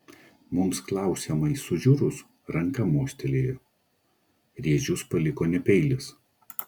mums klausiamai sužiurus ranka mostelėjo rėžius paliko ne peilis